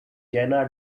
jena